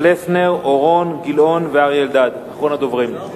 פלסנר, אורון, גילאון ואריה אלדד, אחרון הדוברים.